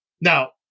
now